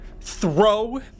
throw